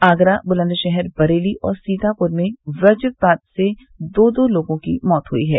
आगरा बुलंदशहर बरेली और सीतापुर में वज्रपात से दो दो लोगों की मौत हुई है